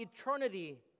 eternity